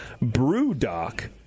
BrewDoc